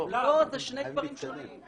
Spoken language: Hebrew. זה שני דברים שונים.